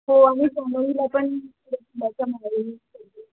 हो आणि पण